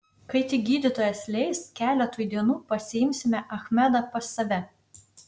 kai tik gydytojas leis keletui dienų pasiimsime achmedą pas save